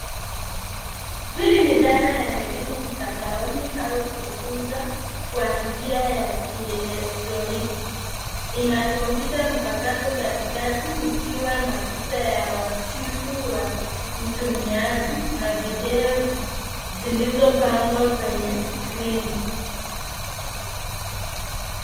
Hili ni dhana ya elimu mtandaoni au kujifunza kwa njia ya kielektroniki . Ina kompyuta mpakato katikati ikiwa na picha ya wasifu wa mtumiaji na video zilizopangwa kwenye skrini.